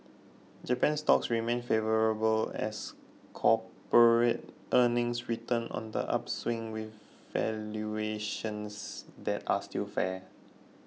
Japanese stocks remain favourable as corporate earnings return on the upswing with valuations that are still fair